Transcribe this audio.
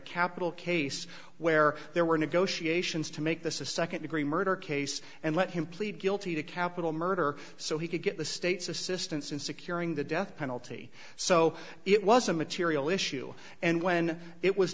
capital case where there were negotiations to make this a second degree murder case and let him plead guilty to capital murder so he could get the state's assistance in securing the death penalty so it was a material issue and when it was